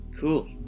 Cool